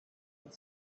with